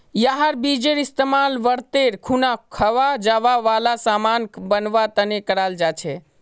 यहार बीजेर इस्तेमाल व्रतेर खुना खवा जावा वाला सामान बनवा तने कराल जा छे